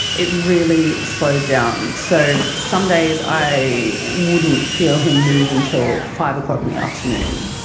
it really slowed down. so some days i wouldn't feel him move until five o'clock in the afternoon.